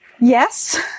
Yes